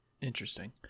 interesting